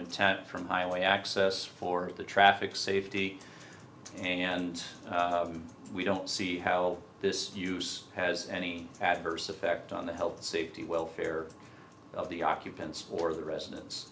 intent from highway access for the traffic safety and we don't see how this use has any adverse effect on the health safety welfare of the occupants or the